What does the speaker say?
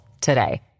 today